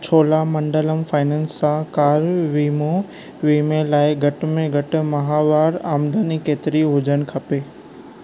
Cholamandalam finance सां car वीमो वीमे लाइ घटि में घटि माहिवार आमदनी केतिरी हुजण खपे